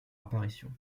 apparition